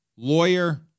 Lawyer